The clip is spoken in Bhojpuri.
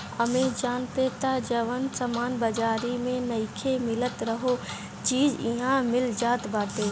अमेजन पे तअ जवन सामान बाजारी में नइखे मिलत उहो चीज इहा मिल जात बाटे